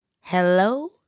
Hello